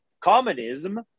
communism